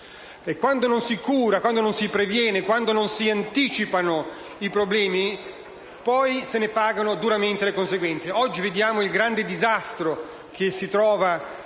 E quando non si cura, non si previene, non si anticipano i problemi, poi se ne pagano duramente le conseguenze. Oggi vediamo il grande disastro presente